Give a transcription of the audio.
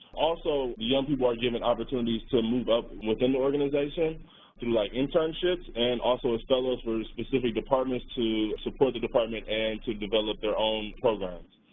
also, the young people are given opportunities to move up within the organization through, like, internships and also establish various specific departments, to support the department, and to develop their own programs.